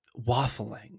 waffling